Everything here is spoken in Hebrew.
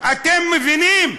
אתם מבינים?